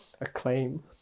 acclaim